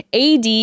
AD